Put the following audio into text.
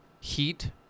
heat